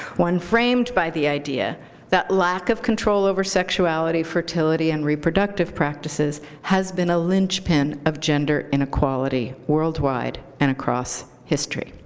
one framed by the idea that lack of control over sexuality, fertility, and reproductive practices has been a linchpin of gender inequality worldwide and across history.